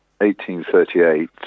1838